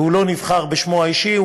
והוא לא נבחר בשמו האישי,